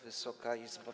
Wysoka Izbo!